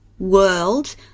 world